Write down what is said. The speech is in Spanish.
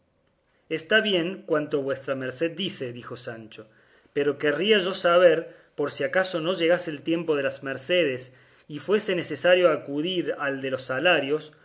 está bien cuanto vuestra merced dice dijo sancho pero querría yo saber por si acaso no llegase el tiempo de las mercedes y fuese necesario acudir al de los salarios